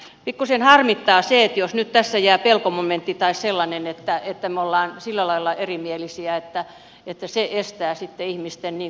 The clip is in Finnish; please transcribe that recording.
pikkusen harmittaa se jos nyt tässä jää pelkomomentti tai sellainen että me olemme sillä lailla erimielisiä että se estää sitten ihmisten luottamuksen